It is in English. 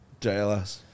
JLS